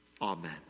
Amen